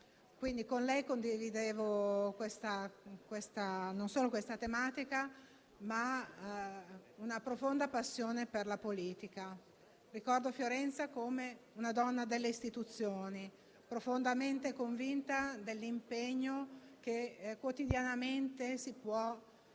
Quindi, con lei condividevo, non solo questa tematica, ma una profonda passione per la politica. Ricordo Fiorenza come una donna delle istituzioni, profondamente convinta dell'impegno che, quotidianamente, si può